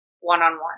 one-on-one